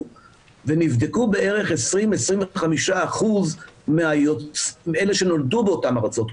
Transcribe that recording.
ונבדקו בערך 25%-20% מאלה שנולדו באותן ארצות.